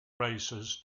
races